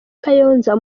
kayonza